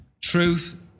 Truth